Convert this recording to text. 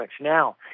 Now